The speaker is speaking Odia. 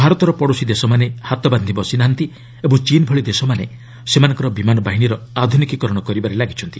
ଭାରତର ପଡ଼ୋଶୀ ଦେଶମାନେ ହାତବାନ୍ଧି ବସି ନାହାନ୍ତି ଓ ଚୀନ୍ ଭଳି ଦେଶମାନେ ସେମାନଙ୍କ ବିମାନ ବାହିନୀର ଆଧୁନିକୀକରଣ କରିବାରେ ଲାଗିଛନ୍ତି